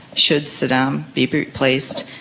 should saddam be be replaced,